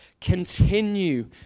Continue